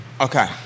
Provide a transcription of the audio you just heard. Okay